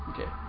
Okay